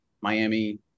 Miami